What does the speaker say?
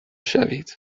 شوید